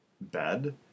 bed